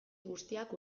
guztiak